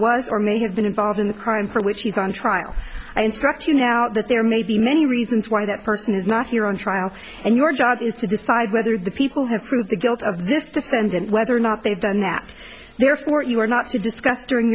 was or may have been involved in the crime for which he's on trial i interrupt you now that there may be many reasons why that person is not here on trial and your job is to decide whether the people have proved the guilt of this defendant whether or not they've done that therefore you were not to discuss during